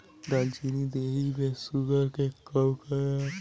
दालचीनी देहि में शुगर के कम करेला